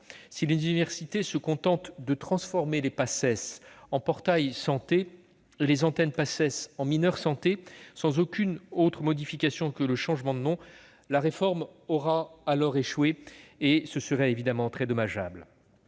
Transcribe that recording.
Si les universités se contentent de transformer les Paces en « portails santé » et les antennes Paces en « mineures santé » sans aucune autre modification qu'un changement de nom, la réforme aura échoué, ce qui serait très dommageable.